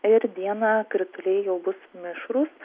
ir dieną krituliai bus jau mišrūs